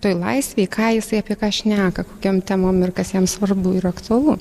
toj laisvėj ką jisai apie ką šneka kokiom temom ir kas jam svarbu ir aktualu